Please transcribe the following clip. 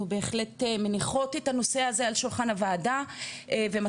בהחלט מניחות את הנושא הזה על שולחן הוועדה ומתחילות